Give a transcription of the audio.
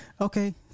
Okay